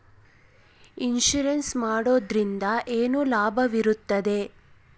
Insurance ಮಾಡೋದ್ರಿಂದ ಏನು ಲಾಭವಿರುತ್ತದೆ?